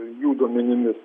jų duomenimis